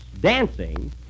Dancing